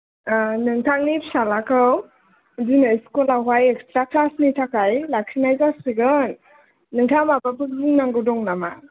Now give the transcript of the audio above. नोंथांनि फिसालाखौ दिनै स्कुलआव हाय एक्सट्रा क्लासनि थाखाय लाखिनाय जासिगोन नोंथाङा माबाफोर बुंनांगौ दं नामा